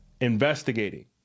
investigating